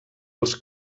els